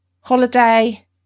holiday